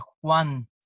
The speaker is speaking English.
Juan